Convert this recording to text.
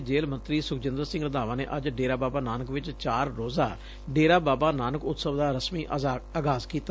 ਪੰਜਾਬ ਦੇ ਸਹਿਕਾਰਤਾ ਤੇ ਜੇਲ੍ਹ ਮੰਤਰੀ ਸੁਖਜਿੰਦਰ ਸਿੰਘ ਰੰਧਾਵਾ ਨੇ ਅੱਜ ਡੇਰਾ ਬਾਬਾ ਨਾਨਕ ਚ ਚਾਰ ਰੋਜ਼ਾ ਡੇਰਾ ਬਾਬਾ ਨਾਨਕ ਉਤਸਵ ਦਾ ਰਸਮੀ ਆਗਾਜ਼ ਕੀਤਾ